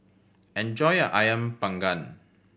enjoy your Ayam Panggang